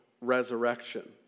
resurrection